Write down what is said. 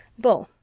beau,